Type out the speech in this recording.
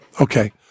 Okay